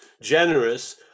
generous